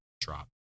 drop